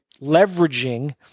leveraging